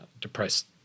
depressed